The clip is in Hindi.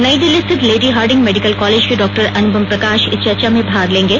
नई दिल्ली स्थित लेडी हार्डिंग मेडिकल कॉलेज के डॉक्टर अनुपम प्रकाश इस चर्चा में भाग लेंगे